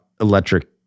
electric